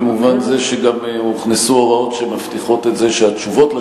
במובן זה שגם הוכנסו הוראות שמבטיחות שהתשובות על